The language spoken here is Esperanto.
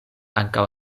ankaŭ